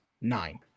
Nine